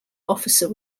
officer